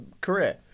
career